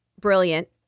Brilliant